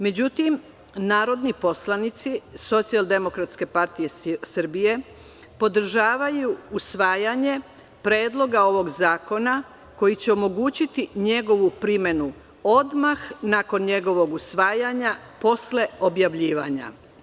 Međutim, narodni poslanici SDPS podržavaju usvajanje predloga ovog zakona koji će omogućiti njegovu primenu odmah nakon njegovog usvajanja, posle objavljivanja.